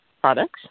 products